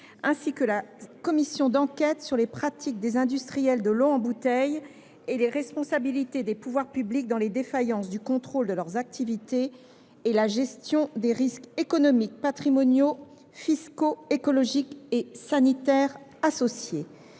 ainsi qu’à la commission d’enquête sur les pratiques des industriels de l’eau en bouteille et les responsabilités des pouvoirs publics dans les défaillances du contrôle de leurs activités et la gestion des risques économiques, patrimoniaux, fiscaux, écologiques et sanitaires associés.